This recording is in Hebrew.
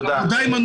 תודה.